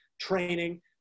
training